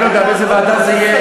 אני לא יודע באיזו ועדה זה יהיה,